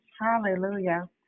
Hallelujah